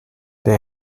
they